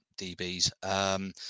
DBs